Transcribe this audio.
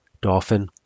Dolphin